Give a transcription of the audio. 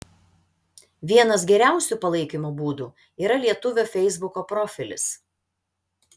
vienas geriausių palaikymo būdų yra lietuvio feisbuko profilis